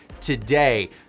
today